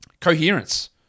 coherence